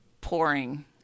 pouring